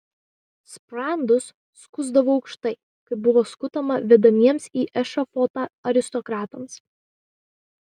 sprandus skusdavo aukštai kaip buvo skutama vedamiems į ešafotą aristokratams